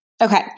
Okay